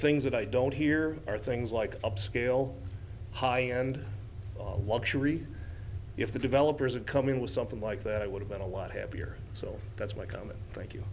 things that i don't hear are things like upscale high end luxury if the developers have come in with something like that i would have been a lot happier so that's my comment thank you